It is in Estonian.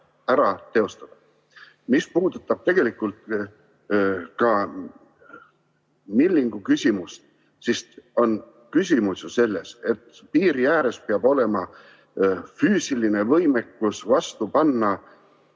Mis puudutab tegelikult Millingu küsimust, siis on küsimus ju selles, et piiri ääres peab olema füüsiline võimekus vastu panna